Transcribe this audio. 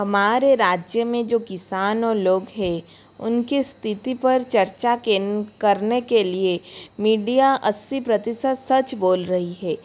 हमारे राज्य में जो किसान और लोग हैं उनके स्थिति पर चर्चा करने के लिए मीडिया अस्सी प्रतिशत सच बोल रही है